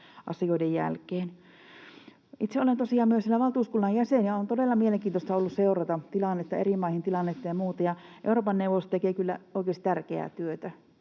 asioiden jälkeen. Itse olen tosiaan myös siinä valtuuskunnassa jäsenenä, ja on todella mielenkiintoista ollut seurata eri maiden tilannetta ja muuta. Euroopan neuvosto tekee kyllä oikeasti tärkeää työtä.